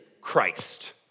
Christ